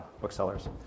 booksellers